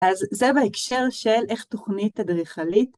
אז זה בהקשר של איך תוכנית אדריכלית.